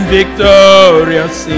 victorious